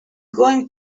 going